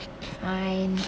fine